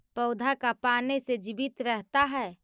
पौधा का पाने से जीवित रहता है?